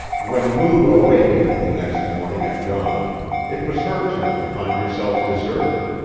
when lou awakened the next morning at dawn it was her turn to find herself deserted,